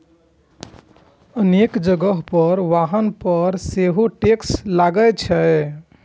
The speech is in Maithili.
अनेक जगह पर वाहन पर सेहो टैक्स लागै छै